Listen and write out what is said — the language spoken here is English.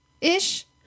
ish